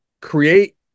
create